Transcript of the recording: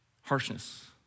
harshness